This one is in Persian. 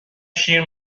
شیر